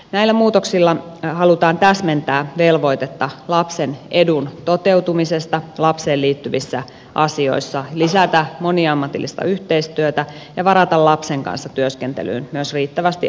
näillä muutoksilla halutaan täsmentää velvoitetta lapsen edun toteutumisesta lapseen liittyvissä asioissa lisätä moni ammatillista yhteistyötä ja myös varata lapsen kanssa työskentelyyn riittävästi aikaa